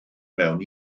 mewn